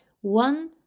one